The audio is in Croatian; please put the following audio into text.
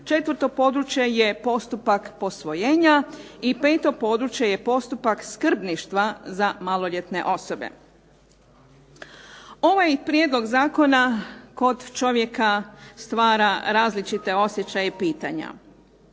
Četvrto područje je postupak posvojenja. I peto područje je postupak skrbništva za maloljetne osobe. Ovaj prijedlog zakona kod čovjeka stvara različite osjećaje i pitanja.